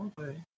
Okay